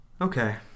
Okay